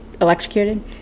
electrocuted